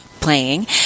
playing